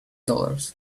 dollars